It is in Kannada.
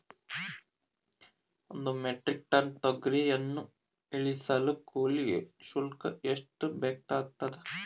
ಒಂದು ಮೆಟ್ರಿಕ್ ಟನ್ ತೊಗರಿಯನ್ನು ಇಳಿಸಲು ಕೂಲಿ ಶುಲ್ಕ ಎಷ್ಟು ಬೇಕಾಗತದಾ?